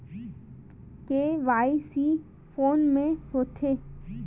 KYC कोन में होथे?